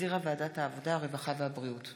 שהחזירה ועדת העבודה, הרווחה והבריאות.